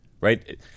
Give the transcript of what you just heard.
Right